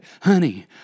Honey